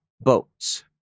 boats